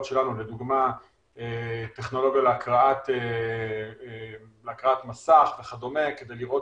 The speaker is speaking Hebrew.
שלנו לדוגמה טכנולוגיה להקראת מסך וכדומה כדי לראות